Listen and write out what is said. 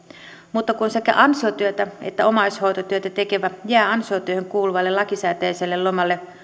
mutta kun sekä ansiotyötä että omaishoitotyötä tekevä jää ansiotyöhön kuuluvalle lakisääteiselle lomalle